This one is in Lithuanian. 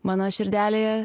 mano širdelėje